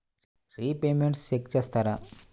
Repayments check చేస్తారా?